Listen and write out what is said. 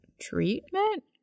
treatment